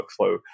workflow